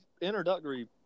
introductory